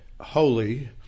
holy